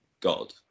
God